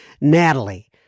Natalie